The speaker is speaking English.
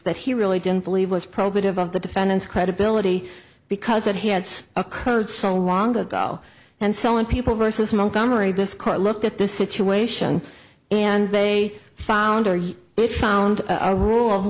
that he really didn't believe was probative of the defendant's credibility because it had occurred so long ago and so in people versus mongomery this court looked at this situation and they found or you it found a rule of